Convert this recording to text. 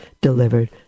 delivered